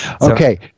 Okay